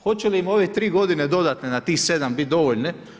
Hoće li im ove tri godine dodatne na tih sedam biti dovoljne?